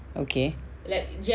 okay